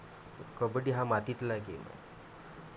कबड्डी हा मातीतला गेम